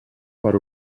per